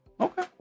Okay